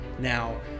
now